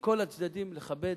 מכל הצדדים, לכבד